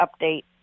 update